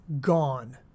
gone